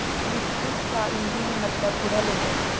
hibiscus का हिंदी में मतलब गुड़हल होता है